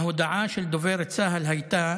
ההודעה של דובר צה"ל הייתה